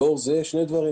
לאור זה יש שני דברים.